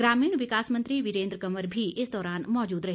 ग्रामीण विकास मंत्री वीरेन्द्र कंवर भी इस दौरान मौजूद रहे